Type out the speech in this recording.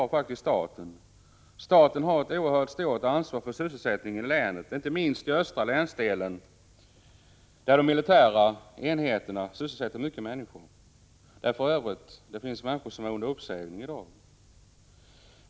Staten har ett mycket stort ansvar för sysselsättningen i länet, inte minst i den östra länsdelen. Där sysselsätter de militära enheterna många människor, men det talas i dag om uppsägningar.